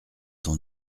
ton